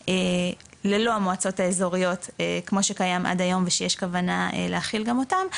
ללא המועצות האזוריות כמו שקיים עד היום ושיש כוונה להכיל גם אותם,